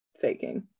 faking